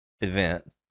event